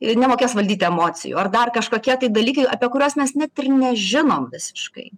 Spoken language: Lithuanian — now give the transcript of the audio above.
ir nemokės valdyti emocijų ar dar kažkokie tai dalykai apie kuriuos mes net ir nežinom visiškai